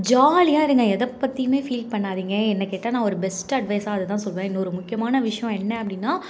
ஜாலியாயிருங்க எதைப் பற்றியுமே ஃபீல் பண்ணாதீங்க என்னை கேட்டால் நான் ஒரு பெஸ்ட்டு அட்வைஸாக அதை தான் சொல்லுவேன் இன்னொரு முக்கியமான விஷ்யம் என்ன அப்படின்னா